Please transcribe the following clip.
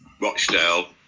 Rochdale